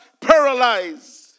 paralyzed